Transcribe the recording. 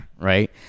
right